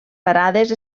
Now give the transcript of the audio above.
parades